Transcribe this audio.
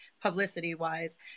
publicity-wise